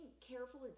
careful